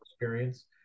experience